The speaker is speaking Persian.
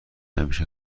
همیشه